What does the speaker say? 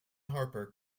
harper